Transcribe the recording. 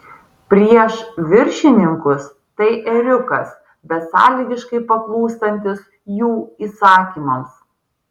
prieš viršininkus tai ėriukas besąlygiškai paklūstantis jų įsakymams